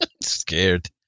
scared